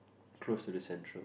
close to the central